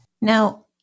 Now